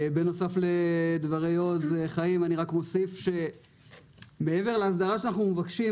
בנוסף לדברי חיים עוז אני רק אוסיף שמעבר להסדרה שאנחנו מבקשים,